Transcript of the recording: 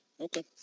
Okay